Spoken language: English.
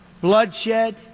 bloodshed